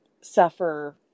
suffer